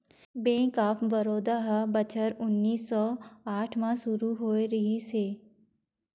bank of Baroda ह बछर उन्नीस सौ आठ म सुरू होए रिहिस हे